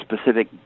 specific